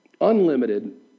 Unlimited